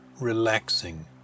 relaxing